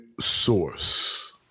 source